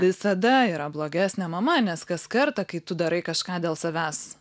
visada yra blogesnė mama nes kas kartą kai tu darai kažką dėl savęs